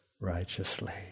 Righteously